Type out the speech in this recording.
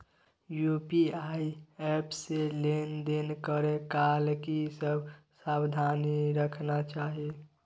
UPI app से लेन देन करै काल की सब सावधानी राखना चाही?